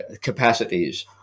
capacities